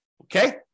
okay